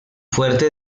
fuerte